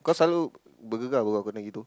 kau selalu bergegar apa kalau kena gitu